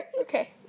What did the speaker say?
Okay